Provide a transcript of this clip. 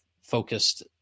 focused